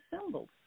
symbols